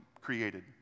created